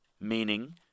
Meaning